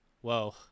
whoa